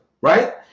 right